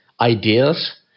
ideas